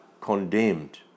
condemned